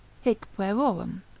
hic puerorum.